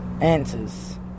answers